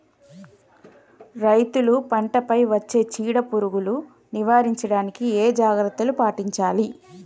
రైతులు పంట పై వచ్చే చీడ పురుగులు నివారించడానికి ఏ జాగ్రత్తలు పాటించాలి?